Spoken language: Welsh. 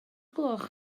gloch